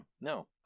no